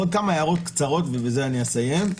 עוד כמה הערות קצרות ובזה אסיים: